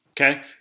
okay